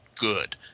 good